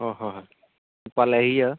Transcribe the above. অঁ হয় হয় পালেহি আৰু